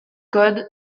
codes